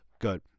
good